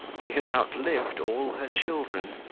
she has outlived all her children,